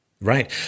right